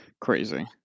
Crazy